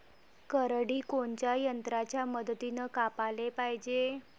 करडी कोनच्या यंत्राच्या मदतीनं कापाले पायजे?